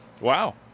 Wow